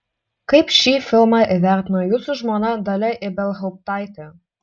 kaip šį filmą įvertino jūsų žmona dalia ibelhauptaitė